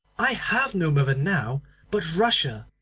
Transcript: i have no mother now but russia,